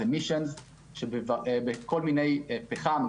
בכל מיני פחם,